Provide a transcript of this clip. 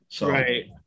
Right